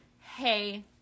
Hey